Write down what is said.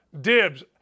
dibs